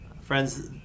Friends